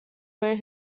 where